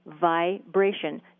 vibration